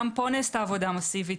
גם פה נעשתה עבודה מסיבית.